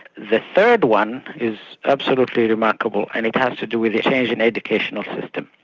the third one is absolutely remarkable, and it has to do with the change in educational system.